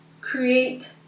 create